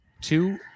Two